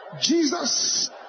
Jesus